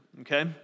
okay